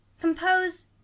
Compose